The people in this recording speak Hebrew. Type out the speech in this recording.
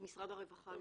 משרד הרווחה.